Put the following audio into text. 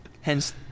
Hence